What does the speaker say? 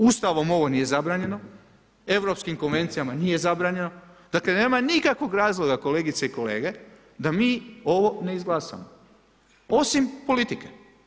Ustavom ovo nije zabranjeno, Europskim konvencijama nije zabranjeno, dakle nema nikakvog razloga kolegice i kolege da mi ovo ne izglasamo, osim politike.